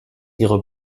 ihrer